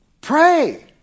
Pray